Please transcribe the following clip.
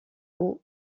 haut